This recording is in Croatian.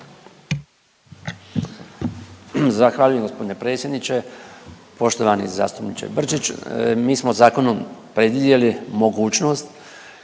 Zahvaljujem gospodine predsjedniče. Poštovani zastupniče Brčić, mi smo zakonom predvidjeli mogućnost,